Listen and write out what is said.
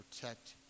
protect